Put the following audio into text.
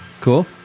cool